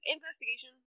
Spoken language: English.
Investigation